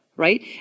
Right